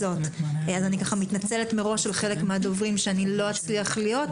אני מתנצלת מראש בפני חלק מן הדוברים שלא אצליח לשמוע אותם,